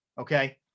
okay